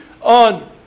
on